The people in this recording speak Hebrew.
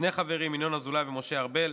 שני חברים: ינון אזולאי ומשה ארבל,